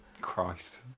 Christ